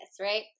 right